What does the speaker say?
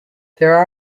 there